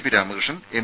P Ramakrishnan M